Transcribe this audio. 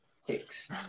Six